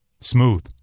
smooth